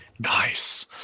Nice